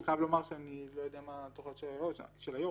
ברמה המעשית אני לא יודע מה התוכניות של היו"ר,